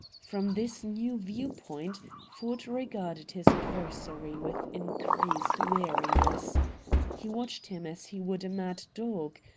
from this new view-point ford regarded his adversary with increased wariness he watched him as he would a mad dog.